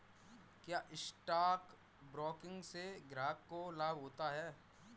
क्या stock broking से ग्राहक को लाभ होता है?